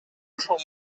ошол